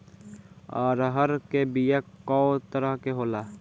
अरहर के बिया कौ तरह के होला?